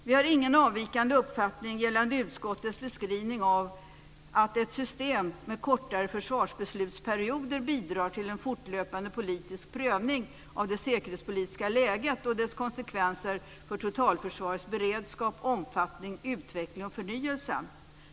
Vi har ingen avvikande uppfattning gällande utskottets beskrivning av att ett system med kortare försvarsbeslutsperioder bidrar till en fortlöpande politisk prövning av det säkerhetspolitiska läget och dess konsekvenser för totalförsvarets beredskap, omfattning, utveckling och förnyelse.